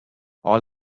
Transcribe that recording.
all